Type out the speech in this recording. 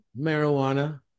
marijuana